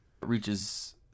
reaches